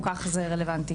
או כך זה רלוונטי.